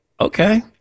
Okay